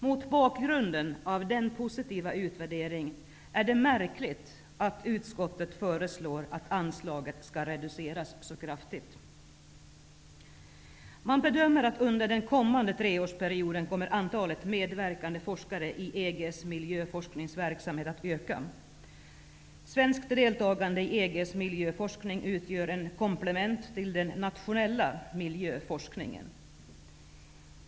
Mot bakgrund av den positiva utvärderingen är det märkligt att utskottet föreslår att anslaget skall reduceras så kraftigt. Man bedömer att antalet medverkande forskare i EG:s miljöforskningsverksamhet under den kommande treårsperioden kommer att öka. Svenskt deltagande i EG:s miljöforskning utgör ett komplement till den nationella miljöforskningen.